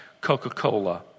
Coca-Cola